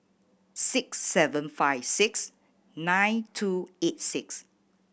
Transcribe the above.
six seven five six nine two eight six